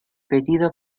pedido